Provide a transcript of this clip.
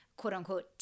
quote-unquote